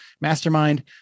Mastermind